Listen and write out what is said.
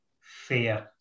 fear